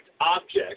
object